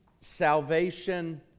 salvation